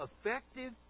effective